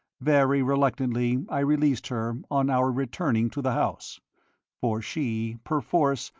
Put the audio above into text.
very reluctantly i released her, on our returning to the house for she, perforce,